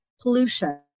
pollution